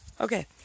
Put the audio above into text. Okay